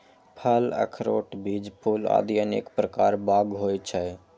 फल, अखरोट, बीज, फूल आदि अनेक प्रकार बाग होइ छै